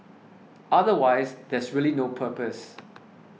otherwise there's really no purpose